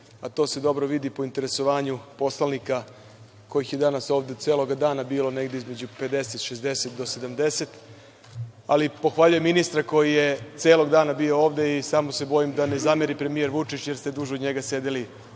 a to se dobro vidi po interesovanju poslanika kojih je danas ovde celog dana bilo između 50, 60 do 70.Pohvaljujem ministra koji je ceo dan bio ovde i samo se bojim da mu ne zameri premijer Vučić jer ste duže od njega sedeli